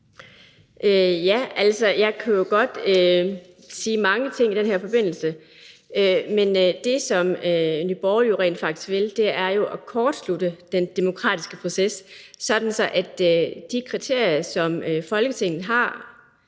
(RV): Jeg kan jo godt sige mange ting i den her forbindelse, men det, som Nye Borgerlige rent faktisk vil, er at kortslutte den demokratiske proces, sådan at de kriterier, som Folketinget har